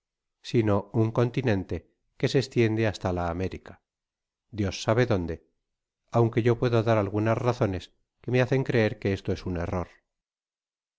sino un continente que se estiende hasta la américa dios sabe donde aunque yo puedo dar algunas razones que me hacen creer que esto es un error